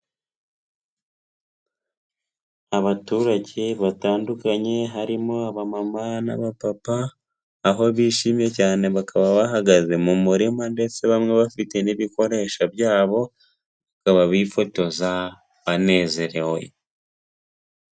Abaturage batandukanye harimo abamama n'abapapa, aho bishimye cyane bakaba bahagaze mu murima ndetse bamwe bafite n'ibikoresho byabo, bakaba bifotoza, banezerewe.